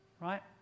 right